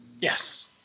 Yes